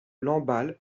lamballe